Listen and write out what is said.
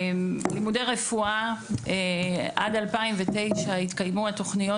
לימודי רפואה - עד 2009 התקיימו התוכניות